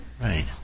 Right